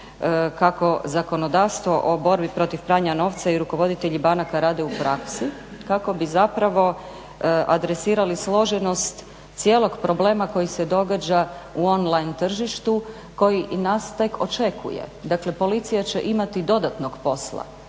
kako zakonodavstvo o borbi protiv pranja novca i rukovoditelji banaka rade u praksi kako bi zapravo adresirali složenost cijelog problema koji se događa u on-line tržištu koji nas tek očekuje. Dakle, policija će imati dodatnog posla,